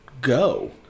go